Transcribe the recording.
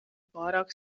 pārāk